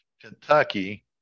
Kentucky